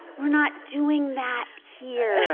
we're not doing that here.